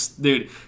dude